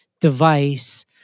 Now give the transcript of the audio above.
device